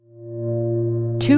Two